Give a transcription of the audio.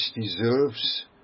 deserves